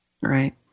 right